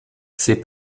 ses